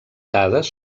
dades